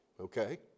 okay